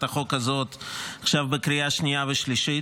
החוק הזאת עכשיו בקריאה השנייה והשלישית.